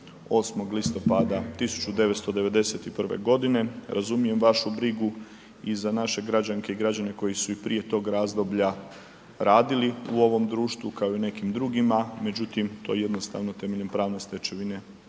8. listopada 1991. g. Razumijem vašu brigu i za naše građanke i građane koji su i prije tog razdoblja radili u ovom društvu kao i u nekim drugima, međutim to jednostavno temeljem pravne stečevine